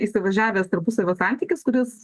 įsivažiavęs tarpusavio santykis kuris